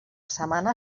setmana